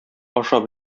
ашап